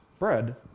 bread